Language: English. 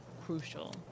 Crucial